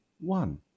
one